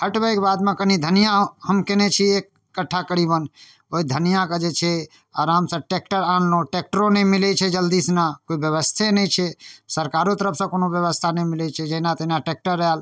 हटबैके बादमे कनि धनिआँ हम केने छी एक कट्ठा करीबन ओहि धनिआँके जे छै आरामसँ ट्रैक्टर आनलहुँ ट्रैक्टरो नहि मिलै छै जल्दीसँ ओहिठाम कोइ बेबस्थे नहि छै सरकारो तरफसँ कोनो बेबस्था नहि मिलै छै जहिना तहिना ट्रैक्टर आएल